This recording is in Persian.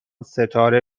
ستاره